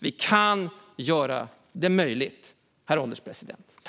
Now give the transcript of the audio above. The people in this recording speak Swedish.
Vi kan göra det möjligt, herr ålderspresident.